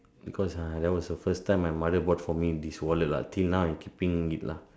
because uh that was the first time my mother bought for me this wallet lah till now I'm keeping it lah